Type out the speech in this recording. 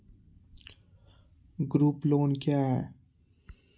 Group loan क्या है?